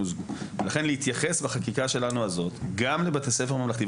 לכן להתייחס בחקיקה שלנו הזאת גם לבתי ספר ממלכתיים.